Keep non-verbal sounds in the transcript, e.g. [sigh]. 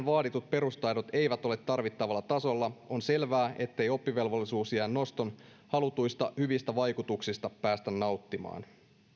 [unintelligible] vaaditut perustaidot eivät ole tarvittavalla tasolla on selvää ettei oppivelvollisuusiän noston halutuista hyvistä vaikutuksista päästä nauttimaan